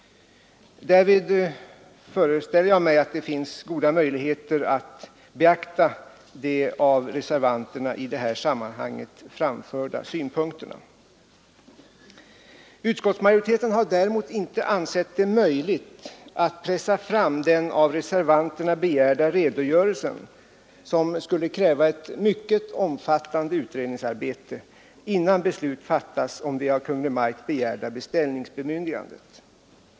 Därvid finns det, föreställer jag mig, goda möjligheter att beakta de av reservanterna i det här sammanhanget framförda synpunkterna. Utskottsmajoriteten har däremot inte ansett det möjligt att pressa fram en av reservanterna begärd redogörelse, som skulle kräva ett mycket omfattande utredningsarbete, innan beslut fattats om det av Kungl. Maj:t begärda beställningsbemyndigandet.